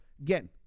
again